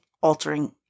altering